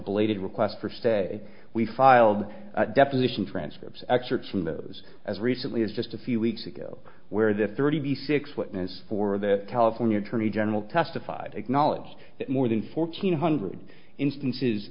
belated request for stay we filed deposition transcripts excerpts from those as recently as just a few weeks ago where the thirty six witness for the california attorney general testified acknowledged that more than fourteen hundred instances